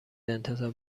انتظار